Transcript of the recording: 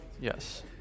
Yes